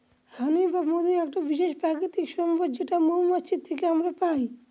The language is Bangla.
হানি বা মধু একটা বিশেষ প্রাকৃতিক সম্পদ যেটা মৌমাছি থেকে আমরা পাই